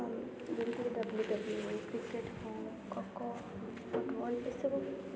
ଯେମିତିକି W W ହେଉ cricket ହେଉ ଖୋକୋ ଫୁଟବଲ ଏ ସବୁ